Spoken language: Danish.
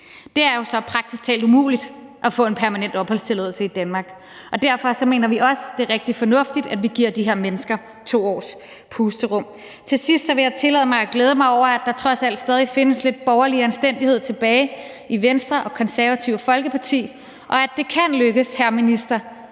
Det er jo så praktisk taget umuligt at få en permanent opholdstilladelse i Danmark, og derfor mener vi også, at det er rigtig fornuftigt, at vi giver de her mennesker 2 års pusterum. Til sidst vil jeg tillade mig at glæde mig over, at der trods alt stadig væk findes lidt borgerlig anstændighed tilbage i Venstre og Det Konservative Folkeparti, og at det kan lykkes, hr. minister,